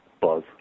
Buzz